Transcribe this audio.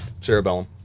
Cerebellum